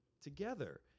together